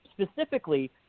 specifically